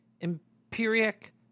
empiric